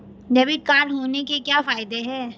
Debit card होने के क्या फायदे हैं?